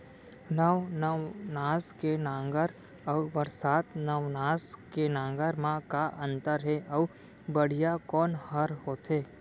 नौ नवनास के नांगर अऊ बरसात नवनास के नांगर मा का अन्तर हे अऊ बढ़िया कोन हर होथे?